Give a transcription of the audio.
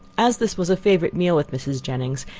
as this was a favourite meal with mrs. jennings,